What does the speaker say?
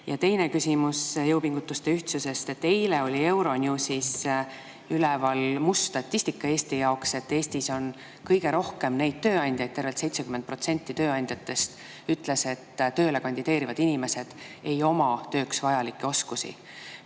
Ja teine küsimus jõupingutuste ühtsusest. Eile oli Euronewsis üleval must statistika Eesti jaoks, et Eestis on kõige rohkem neid tööandjaid – tervelt 70% tööandjatest –, kes ütlevad, et tööle kandideerivad inimesed ei oma tööks vajalikke oskusi.